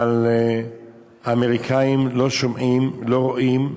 אבל האמריקנים לא שומעים, לא רואים,